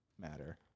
matter